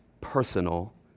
personal